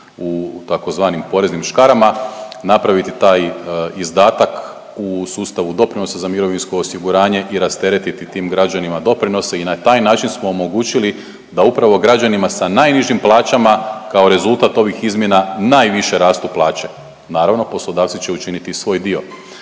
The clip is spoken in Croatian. u tzv. poreznim škarama, napraviti taj izdatak u sustavu doprinosa za mirovinsko osiguranje i rasteretiti tim građanima doprinose i na taj način smo omogućili da upravo građanima sa najnižim plaćama kao rezultat ovih izmjena najviše rastu plaće. Naravno, poslodavci će učiniti svoj dio.